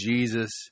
Jesus